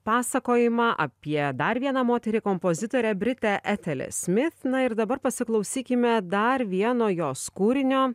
pasakojimą apie dar vieną moterį kompozitorę britę etelę smit na ir dabar pasiklausykime dar vieno jos kūrinio